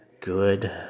good